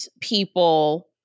people